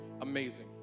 amazing